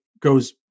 goes